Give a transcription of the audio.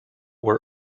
were